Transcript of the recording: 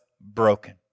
broken